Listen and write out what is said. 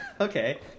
Okay